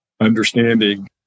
understanding